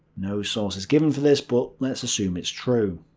no source is given for this, but let's assume it's true.